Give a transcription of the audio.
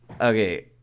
okay